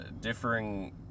Differing